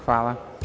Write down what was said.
Hvala.